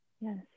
Yes